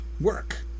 work